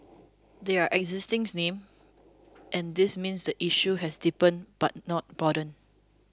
they are existing names and this means the issue has deepened but not broadened